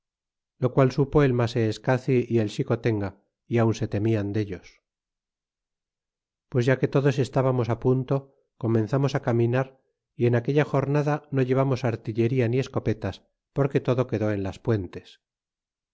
lo qual supo el maseescaci y el xicotenga y aun se temían dellos pues ya que todos estábamos punto comenzamos caminar y en aquella jornada no llevamos artillería ni escopetas porque todo quedó en las puentes